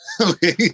Okay